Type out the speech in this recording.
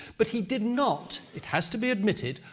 but he did not, it has to be admitted,